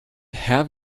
have